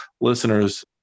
listeners